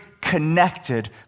connected